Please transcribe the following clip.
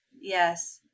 Yes